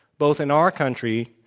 both in our country,